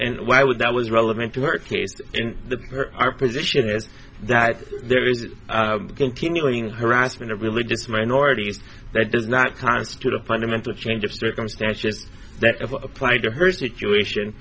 and why would that was relevant to her case in the our position is that there is a continuing harassment of religious minorities that does not constitute a fundamental change of circumstances that apply to her situation